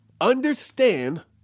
understand